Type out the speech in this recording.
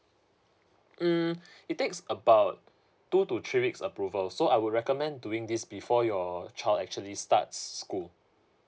mm it takes about two to three weeks approval so I would recommend doing this before your child actually start school